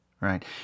right